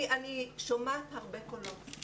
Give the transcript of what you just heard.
אני שומעת הרבה קולות.